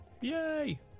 Yay